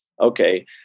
okay